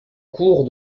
cours